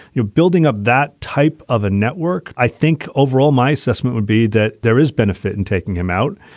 you're building up that type of a network. i think overall, my assessment would be that there is benefit in taking him out.